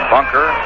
Bunker